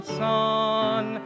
sun